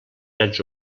drets